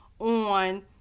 on